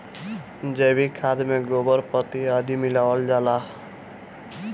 जैविक खाद में गोबर, पत्ती आदि मिलावल जाला